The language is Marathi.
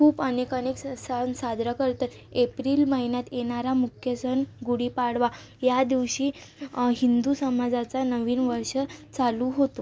खूप अनेकं अनेकं स सण साजरा करत आहे एप्रिल महिन्यात येणारा मुख्य सण गुढीपाडवा ह्या दिवशी हिंदू समाजाचा नवीन वर्ष चालू होतो